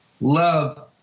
love